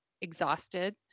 exhausted